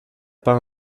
pas